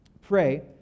pray